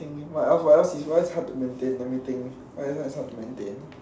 think what else what else is hard to maintain